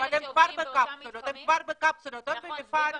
אבל הם כבר בקפסולות, הם במפעל במשמרת,